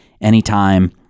anytime